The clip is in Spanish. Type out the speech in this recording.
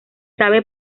sabe